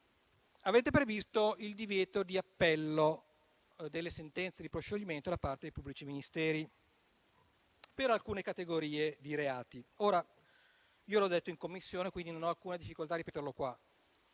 in conclusione, il divieto di appello delle sentenze di proscioglimento da parte dei pubblici ministeri per alcune categorie di reati.